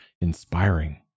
inspiring